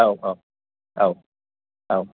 औ औ औ औ